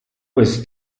was